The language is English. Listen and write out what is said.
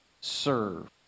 serve